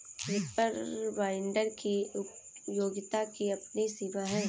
reaper binder की उपयोगिता की अपनी सीमा है